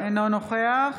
אינו נוכח